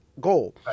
goal